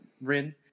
Rin